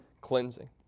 cleansing